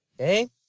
Okay